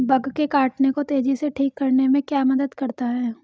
Bug के काटने को तेजी से ठीक करने में क्या मदद करता है?